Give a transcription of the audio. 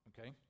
Okay